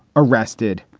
arrested,